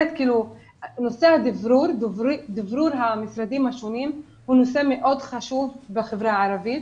נושא דוברות המשרדים השונים הוא נושא מאוד חשוב בחברה הערבית.